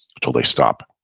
until they stop.